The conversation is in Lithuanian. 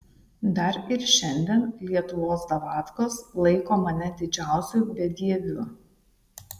dar ir šiandien lietuvos davatkos laiko mane didžiausiu bedieviu